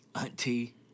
auntie